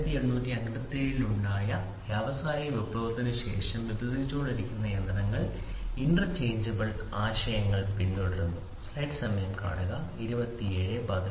1857 ൽ ഉണ്ടായ വ്യാവസായിക വിപ്ലവത്തിനുശേഷം വികസിപ്പിച്ചുകൊണ്ടിരിക്കുന്ന യന്ത്രങ്ങൾ ഇന്റർചേഞ്ചബിൾ ആശയം പിന്തുടർന്നു